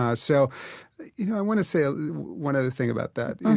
i so you know i want to say ah one other thing about that.